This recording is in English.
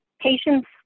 patients